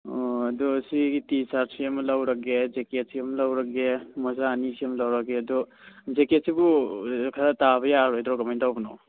ꯑꯣ ꯑꯗꯨ ꯁꯤ ꯇꯤ ꯁꯥꯔꯠꯁꯤ ꯑꯃ ꯂꯧꯔꯒꯦ ꯖꯦꯛꯀꯦꯠ ꯁꯤ ꯑꯃ ꯂꯧꯔꯒꯦ ꯃꯣꯖꯥ ꯑꯅꯤꯁꯤ ꯑꯃ ꯂꯧꯔꯒꯦ ꯑꯗꯨ ꯖꯦꯛꯀꯦꯠꯁꯤꯕꯨ ꯈꯔ ꯇꯥꯕ ꯌꯥꯔꯣꯏꯗ꯭ꯔꯣ ꯀꯃꯥꯏ ꯇꯧꯕꯅꯣ